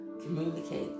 communicate